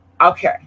Okay